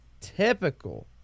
typical